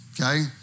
okay